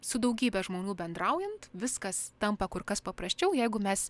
su daugybe žmonių bendraujant viskas tampa kur kas paprasčiau jeigu mes